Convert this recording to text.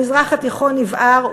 המזרח התיכון יבער.